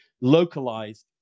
localized